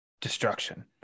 destruction